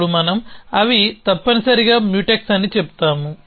అప్పుడు మనం అవి తప్పనిసరిగా మ్యూటెక్స్ అని చెబుతాము